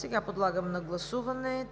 приема. Подлагам на гласуване